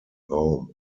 raum